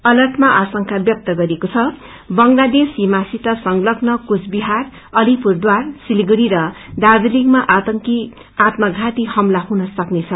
अलर्टमा आशेका व्यक्त गरिएकोछ बंगलादेश सीमासित संलग्न कुचबिहार अलिपुरद्वार सिलगड़ी र दार्जीलिङमा आतंकी आत्मध्ज्ञाती हमला गर्न सक्नेछ